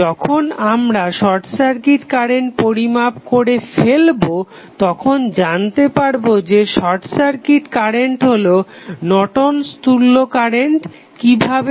যখন আমরা short circuit current পরিমাপ করে ফেলবো তখন জানতে পারবো যে শর্ট সার্কিট কারেন্ট হলো নর্টন'স তুল্য কারেন্ট Nortons equivalent current কিভাবে